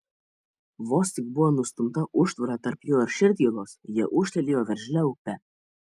vos tik buvo nustumta užtvara tarp jo ir širdgėlos jie ūžtelėjo veržlia upe